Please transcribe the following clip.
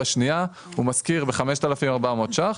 ואת השנייה הוא משכיר בכ-5,400 ₪.